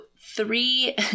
three